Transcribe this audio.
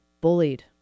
bullied